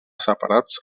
separats